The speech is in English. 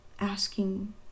asking